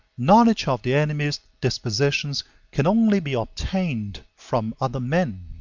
knowledge of the enemy's dispositions can only be obtained from other men.